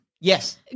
Yes